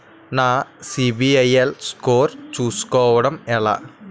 నా సిబిఐఎల్ స్కోర్ చుస్కోవడం ఎలా?